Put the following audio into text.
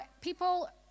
people